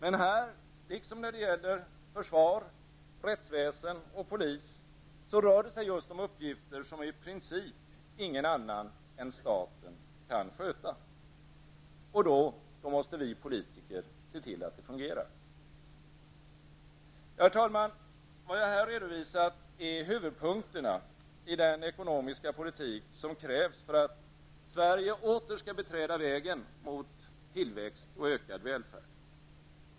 Men här -- liksom när det gäller försvar, rättsväsen och polis -- rör det sig just om uppgifter som i princip ingen annan än staten kan sköta. Och då måste vi politiker se till att det fungerar. Herr talman! Vad jag här redovisat är huvudpunkterna i den ekonomiska politik som krävs för att Sverige åter skall beträda vägen mot tillväxt och ökad välfärd.